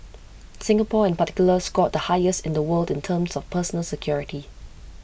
Singapore in particular scored the highest in the world in terms of personal security